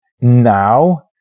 Now